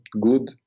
good